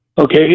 Okay